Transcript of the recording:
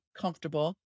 comfortable